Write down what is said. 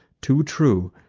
too true,